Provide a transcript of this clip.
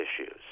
issues